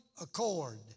accord